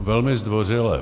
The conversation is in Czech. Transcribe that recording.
Velmi zdvořile.